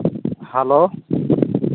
hello